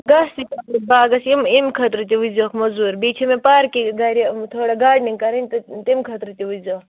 گاسہٕ تہِ باغَس یِم امہِ خٲطرٕ تہِ وُچھ زیٚوکھ مُزوٗر بیٚیہِ چھِ مےٚ پارکہِ گَرِ تھوڑا گاڈنِگ کَرٕنۍ تہٕ تمہِ خٲطرٕ تہِ وُچھ زیٚوکھ